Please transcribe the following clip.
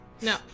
no